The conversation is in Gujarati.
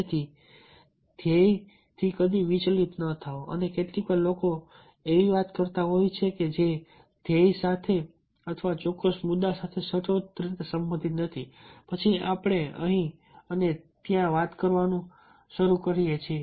તે ધ્યેયથી ક્યારેય વિચલિત ન થાઓ અને કેટલીકવાર લોકો કંઈક એવી વાત કરતા હોય છે જે ધ્યેય સાથે અથવા ચોક્કસ મુદ્દા સાથે સચોટ રીતે સંબંધિત નથી પછી આપણે અહીં અને ત્યાં વાત કરવાનું શરૂ કરીએ છીએ